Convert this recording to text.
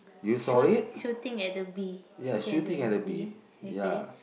shoot shooting at the bee shooting at the bee okay